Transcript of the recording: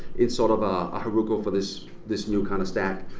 it's sort of ah a heroku for this this new kind of stack.